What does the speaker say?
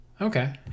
okay